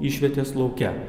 išvietės lauke